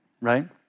right